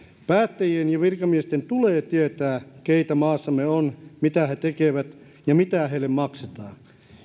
päättäjien ja virkamiesten tulee tietää keitä maassamme on mitä he tekevät ja mitä heille maksetaan